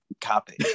copy